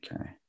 Okay